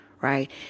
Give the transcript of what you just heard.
right